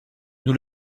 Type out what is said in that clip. nous